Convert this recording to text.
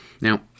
Now